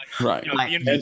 Right